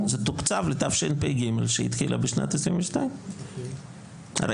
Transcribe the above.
זה תוקצב לתשפ"ג שהתחילה בשנת 2022. זה